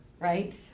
right